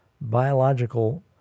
biological